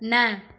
न